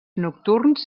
nocturns